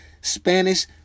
Spanish